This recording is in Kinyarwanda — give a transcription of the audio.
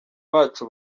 bacu